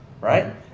Right